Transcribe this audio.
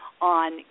on